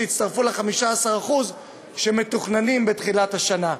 שיתווספו ל-15% שמתוכננים בתחילת השנה.